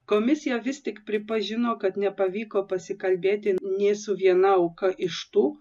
komisija vis tik pripažino kad nepavyko pasikalbėti nė su viena auka iš tų